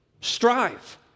strive